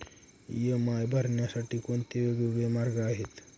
EMI भरण्यासाठी कोणते वेगवेगळे मार्ग आहेत?